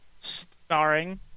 Starring